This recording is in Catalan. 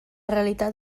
realitat